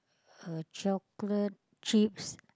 a chocolate chips